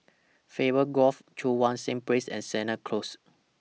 Favour Grove Cheang Wan Seng Place and Sennett Close